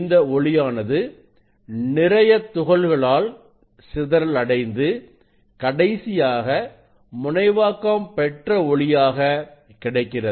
இந்த ஒளியானது நிறைய துகள்களால் சிதறல் அடைந்து கடைசியாக முனைவாக்கம் பெற்ற ஒளியாக கிடைக்கிறது